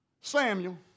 Samuel